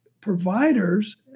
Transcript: providers